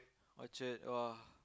Orchard !wah!